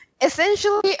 Essentially